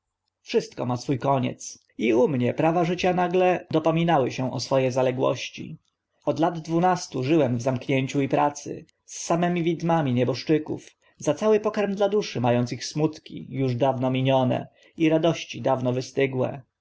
wszystko ma swó koniec i u mnie prawa życia nagle dopominały się o swo e zaległości od lat dwunastu żyłem w zamknięciu i pracy z samymi widmami nieboszczyków za cały pokarm dla duszy ma ąc ich smutki uż dawno minione i radości dawno wystygłe